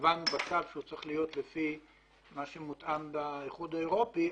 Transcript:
קבענו בצו שהוא צריך להיות לפי מה שמותאם באיחוד האירופי,